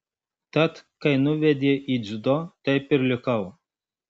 tad kai nuvedė į dziudo taip ir likau